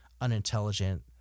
unintelligent